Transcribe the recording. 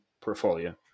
portfolio